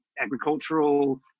agricultural